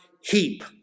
heap